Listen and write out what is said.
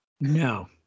No